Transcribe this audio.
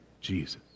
Jesus